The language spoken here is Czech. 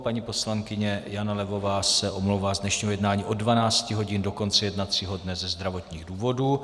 Paní poslankyně Jana Levová se omlouvá z dnešního jednání od 12 hodin do konce jednacího dne ze zdravotních důvodů.